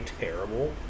Terrible